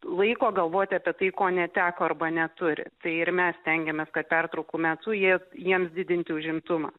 laiko galvoti apie tai ko neteko arba neturi tai ir mes stengiamės kad pertraukų metų jie jiems didinti užimtumą